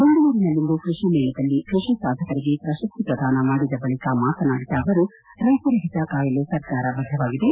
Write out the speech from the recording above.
ದೆಂಗಳೂರಿನಲ್ಲಿಂದು ಕೃಷಿ ಮೇಳದಲ್ಲಿ ಕೃಷಿ ಸಾಧಕರಿಗೆ ಪ್ರಕಸ್ತಿ ಪ್ರದಾನ ಮಾಡಿದ ಬಳಕ ಮಾತನಾಡಿದ ಅವರು ರೈತರ ಹಿತಕಾಯಲು ಸರ್ಕಾರ ಬದ್ದವಾಗಿದೆ